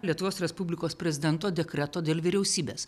lietuvos respublikos prezidento dekreto dėl vyriausybės